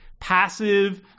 Passive